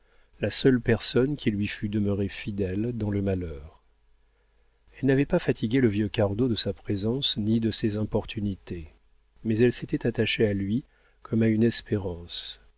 la seule personne qui lui fût demeurée fidèle dans le malheur elle n'avait pas fatigué le vieux cardot de sa présence ni de ses importunités mais elle s'était attachée à lui comme à une espérance